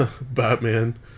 Batman